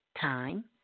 time